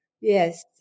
Yes